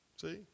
See